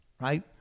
right